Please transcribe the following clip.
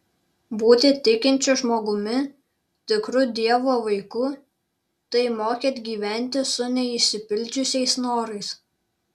būti tikinčiu žmogumi tikru dievo vaiku tai mokėt gyventi su neišsipildžiusiais norais